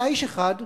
היה איש אחד שאמר: